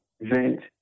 vent